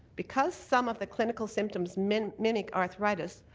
because some of the clinical symptoms mimic mimic arthritis,